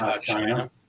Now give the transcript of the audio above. China